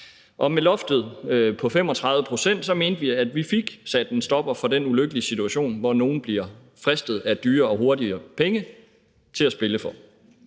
og med loftet på 35 pct. mente vi at vi fik sat en stopper for den ulykkelige situation, hvor nogle bliver fristet af dyre og hurtige penge til at spille for.